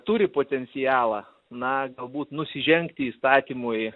turi potencialą na galbūt nusižengti įstatymui